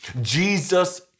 Jesus